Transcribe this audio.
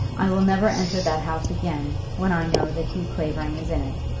i will never enter that house again, when i know that hugh clavering is in it,